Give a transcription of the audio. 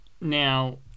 Now